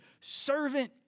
servant